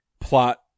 plot